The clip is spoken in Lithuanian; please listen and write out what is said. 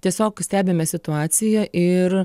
tiesiog stebime situaciją ir